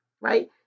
right